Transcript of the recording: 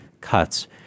cuts